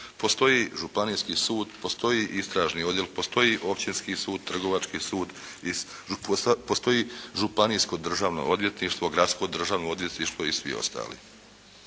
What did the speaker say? postoji županijski sud, postoji istražni odjel, postoji općinski sud, trgovački sud, postoji županijsko državno odvjetništvo, gradsko državno odvjetništvo i svi ostali.